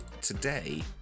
today